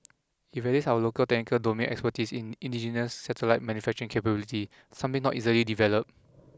it our local technical domain expertise in indigenous satellite manufacturing capability something not easily developed